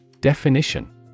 Definition